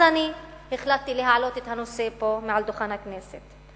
אז החלטתי להעלות את הנושא פה מעל דוכן הכנסת.